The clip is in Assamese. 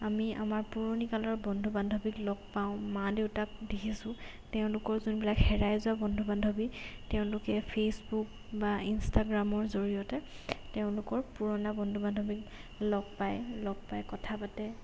আমি আমাৰ পুৰণি কালৰ বন্ধু বান্ধৱীক লগ পাওঁ মা দেউতাক দেখিছোঁ তেওঁলোকৰ যোনবিলাক হেৰাই যোৱা বন্ধু বান্ধৱী তেওঁলোকে ফেচবুক বা ইনষ্টাগ্ৰামৰ জৰিয়তে তেওঁলোকৰ পুৰণা বন্ধু বান্ধৱীক লগ পায় লগ পাই কথা পাতে